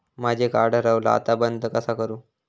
माझा कार्ड हरवला आता बंद कसा करू?